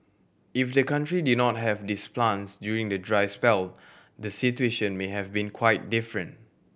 if the country did not have these plants during the dry spell the situation may have been quite different